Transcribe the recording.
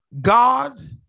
God